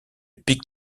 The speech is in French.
pic